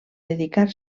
dedicar